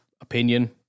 opinion